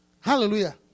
hallelujah